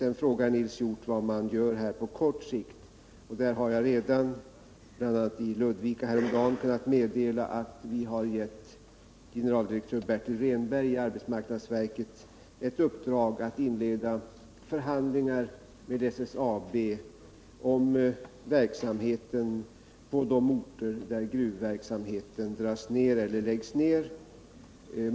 Sedan frågar Nils Hjorth vad vi gör på kort sikt. Jag har redan — bl.a. i Ludvika häromdagen — kunnat meddela att vi har gett generaldirektör Bertil Rehnberg i arbetsmarknadsverket ett uppdrag att inleda förhandlingar med SSAB om verksamheten på de orter där gruvdriften dras ned eller helt läggs ned.